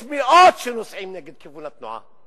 יש מאות שנוסעים נגד כיוון התנועה.